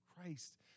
christ